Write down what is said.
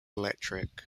electric